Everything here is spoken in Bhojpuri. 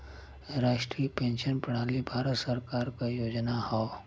राष्ट्रीय पेंशन प्रणाली भारत सरकार क योजना हौ